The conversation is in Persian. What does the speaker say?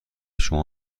شما